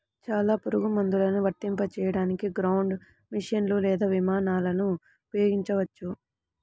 చాలా పురుగుమందులను వర్తింపజేయడానికి గ్రౌండ్ మెషీన్లు లేదా విమానాలను ఉపయోగించవచ్చు